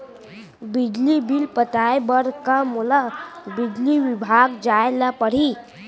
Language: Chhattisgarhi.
बिजली बिल पटाय बर का मोला बिजली विभाग जाय ल परही?